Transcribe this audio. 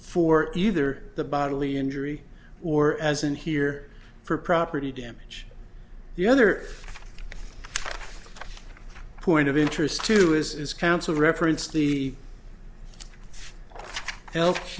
for either the bodily injury or as in here for property damage the other point of interest to you is counsel represents the